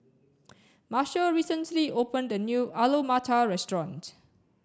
Marshal recently opened a new Alu Matar restaurant